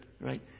right